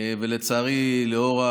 ולצערי, לאור,